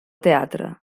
teatre